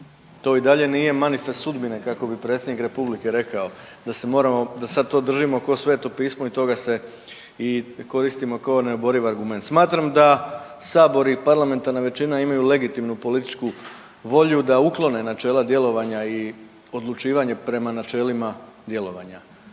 To i dalje nije manifest sudbine kako bi predsjednik Republike rekao, da se moramo, da sad to držimo ko Sveto pismo i toga se i koristimo kao neoboriv argument. Smatram da sabor i parlamentarna većina imaju legitimnu političku volju da uklone načela djelovanja i odlučivanje prema načelima djelovanja.